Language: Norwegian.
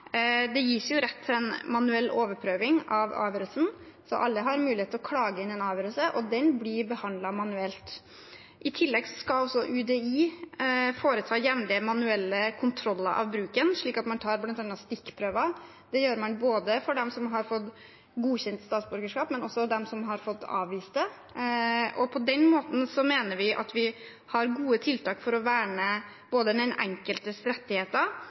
Det gis jo rett til manuell overprøving av avgjørelsen. Alle har mulighet til å klage inn en avgjørelse, og den blir behandlet manuelt. I tillegg skal UDI foreta jevnlige manuelle kontroller av bruken, slik at man bl.a. tar stikkprøver. Det gjør man både for dem som har fått godkjent statsborgerskap, og også for dem som har fått avvist det. På den måten mener vi at vi har gode tiltak for å verne den enkeltes rettigheter,